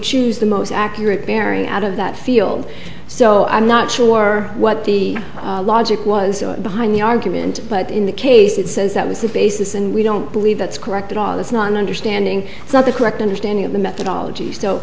choose the most accurate bearing out of that field so i'm not sure what the logic was behind the argument but in the case it says that was the basis and we don't believe that's correct at all it's not an understanding it's not the correct understanding of the methodology so